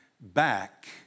back